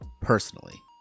personally